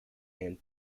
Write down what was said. and